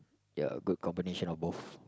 ya a good combination of both